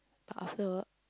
but after